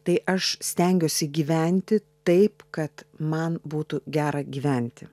tai aš stengiuosi gyventi taip kad man būtų gera gyventi